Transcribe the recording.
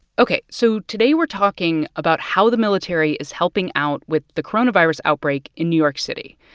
ok. so today, we're talking about how the military is helping out with the coronavirus outbreak in new york city.